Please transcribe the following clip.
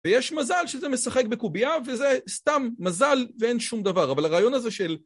ויש מזל שזה משחק בקובייה וזה סתם מזל ואין שום דבר, אבל הרעיון הזה של...